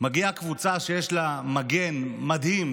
מגיעה קבוצה שיש לה מגן מדהים,